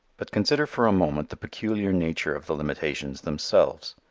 but consider for a moment the peculiar nature of the limitations themselves.